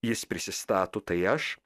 jis prisistato tai aš